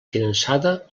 finançada